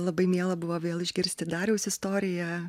labai miela buvo vėl išgirsti dariaus istoriją